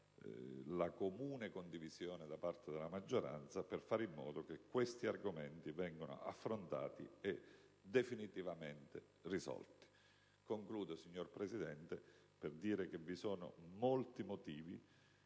la comune condivisione da parte della maggioranza, per fare in modo che questi argomenti vengano affrontati e definitivamente risolti. Concludo, signor Presidente, dicendo che vi sono molti motivi